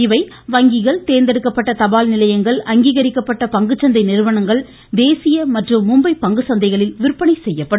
இவை வங்கிகள் தேர்ந்தெடுக்கப்பட்ட தபால் நிலையங்கள் அங்கீகரிக்கப்பட்ட பங்குச்சந்தை நிறுவனங்கள் தேசிய மற்றும் மும்பை பங்குச்சந்தைகளில் விற்பனை செய்யப்படும்